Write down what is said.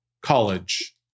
College